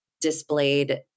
displayed